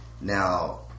Now